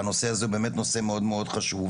כי הנושא הזה הוא באמת נושא מאוד מאוד חשוב,